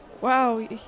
wow